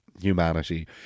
humanity